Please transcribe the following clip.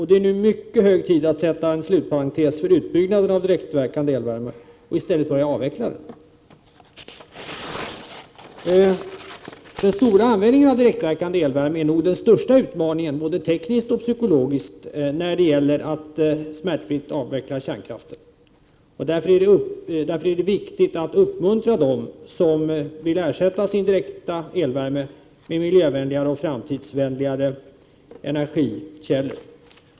Det är nu mycket hög tid att sätta slutparentes för utbyggnaden av direktverkande elvärme och i stället börja avveckla den. Den stora användningen av direktverkande elvärme är nog den största utmaningen, både tekniskt och psykologiskt, när det gäller att smärtfritt avveckla kärnkraften. Därför är det viktigt att uppmuntra dem som vill ersätta sin direkta elvärme med miljövänligare och framtidsvänligare energikällor.